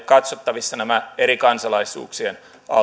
katsottavissa nämä eri kansalaisuuksien